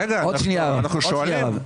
רגע, אנחנו שואלים.